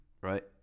Right